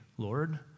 Lord